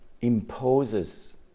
imposes